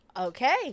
Okay